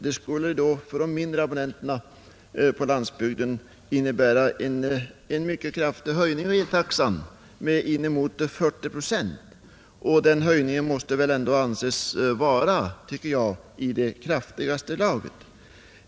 Det skulle för de mindre abonnenterna på landsbygden innebära en mycket kraftig höjning av eltaxan, med inemot 40 procent. Den höjningen måste väl ändå anses vara i kraftigaste laget.